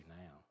now